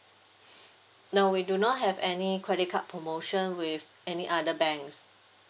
no we do not have any credit card promotion with any other banks